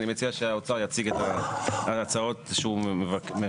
אני מציע שהאוצר יציג את ההצעות שהוא מבקש.